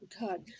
God